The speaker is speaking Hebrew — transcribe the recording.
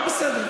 הכול בסדר.